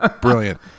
Brilliant